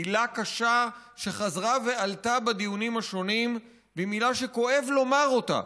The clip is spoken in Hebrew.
מילה קשה שחזרה ועלתה בדיונים השונים והיא מילה שכואב לומר אותה,